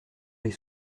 les